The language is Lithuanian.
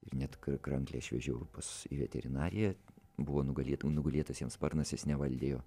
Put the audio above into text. ir net kr kranklį aš vežiau pas į veterinariją buvo nugalėto nugulėtas jam sparnas jis nevaldė jo